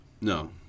No